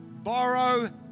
borrow